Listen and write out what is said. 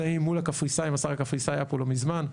השר הקפריסאי היה פה לא מזמן.